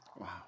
Wow